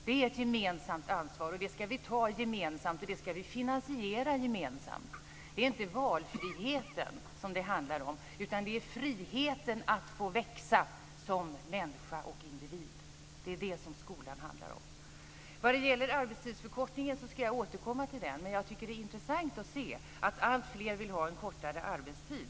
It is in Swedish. Det är ett gemensamt ansvar, och det ska vi ta gemensamt och finansiera gemensamt. Det är inte valfriheten det handlar om, utan det är friheten att få växa som människa och individ. Det är det som skolan handlar om. Vad det gäller arbetstidsförkortningen ska jag återkomma till den. Men jag tycker att det är intressant att se att alltfler vill ha en kortare arbetstid.